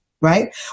Right